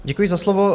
Děkuji za slovo.